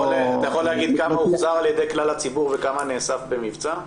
אתה יכול להגיד כמה הוחזרו על-ידי כלל הציבור וכמה נאספו במבצע?